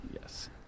Yes